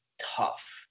tough